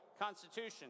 constitution